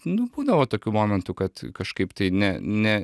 nu būdavo tokių momentų kad kažkaip tai ne ne